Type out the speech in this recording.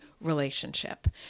relationship